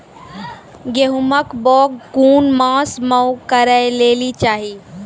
गेहूँमक बौग कून मांस मअ करै लेली चाही?